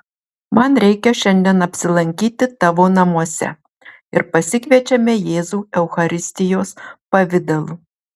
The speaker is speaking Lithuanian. man reikia šiandien apsilankyti tavo namuose ir pasikviečiame jėzų eucharistijos pavidalu